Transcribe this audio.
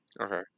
Okay